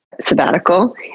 sabbatical